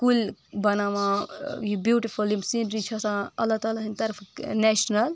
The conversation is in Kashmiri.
کُلۍ بناوان یہِ بیوٗٹفُل یِم سینری چھِ آسان اللہ تعالیٰ ہٕنٛدۍ طرفہٕ نیشنل